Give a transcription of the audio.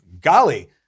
golly